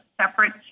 separate